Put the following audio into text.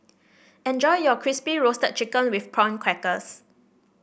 enjoy your Crispy Roasted Chicken with Prawn Crackers